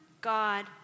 God